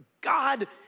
God